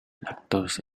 lactose